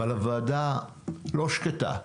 אבל הוועדה לא שקטה.